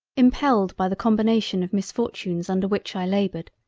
impelled by the combination of misfortunes under which i laboured,